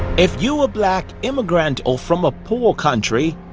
if you are black, immigrant or from a poor country,